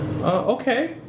Okay